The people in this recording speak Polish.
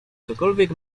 cokolwiek